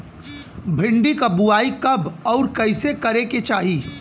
भिंडी क बुआई कब अउर कइसे करे के चाही?